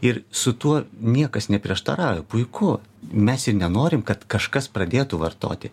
ir su tuo niekas neprieštarauja puiku mes ir nenorim kad kažkas pradėtų vartoti